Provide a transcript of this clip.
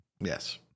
Yes